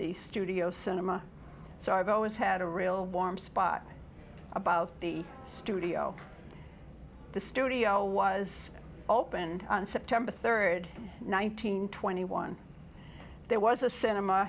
the studio cinema so i've always had a real warm spot about the studio the studio was opened on september third nine hundred twenty one there was a cinema